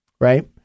right